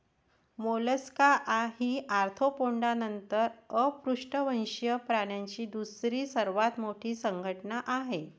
Mollusca ही Arthropoda नंतर अपृष्ठवंशीय प्राण्यांची दुसरी सर्वात मोठी संघटना आहे